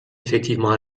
effectivement